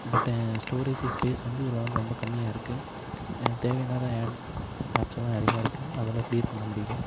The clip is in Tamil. பட் ஸ்டோரேஜ் ஸ்பேஸ் வந்து இதில் வந்து ரொம்ப கம்மியாக இருக்குது தேவையில்லாத ஆப் ஆப்ஸ் எல்லாம் நிறையா இருக்து அதெல்லாம் கிளியர் பண்ண முடியல